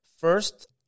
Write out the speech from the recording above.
first